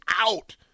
out